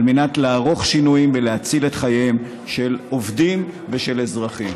על מנת לערוך שינויים ולהציל את חייהם של עובדים ושל אזרחים?